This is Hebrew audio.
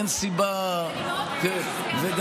אין סיבה, אני